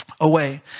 away